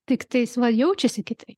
tiktais va jaučiasi kitaip